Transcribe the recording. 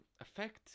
affect